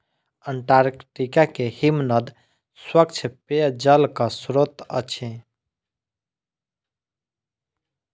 Antarctica के हिमनद स्वच्छ पेयजलक स्त्रोत अछि